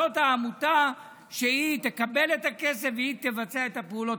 זאת העמותה שתקבל את הכסף והיא תבצע את הפעולות.